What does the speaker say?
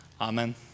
Amen